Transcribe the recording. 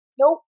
Nope